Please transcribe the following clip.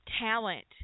talent